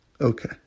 Okay